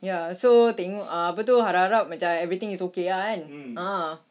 ya so tengok ah apa tu harap harap everything is okay lah kan